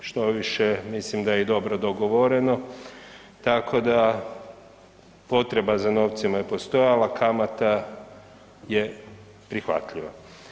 Štoviše mislim da je i dobro dogovoreno, tako da potreba za novcima je postojala, kamata je prihvatljiva.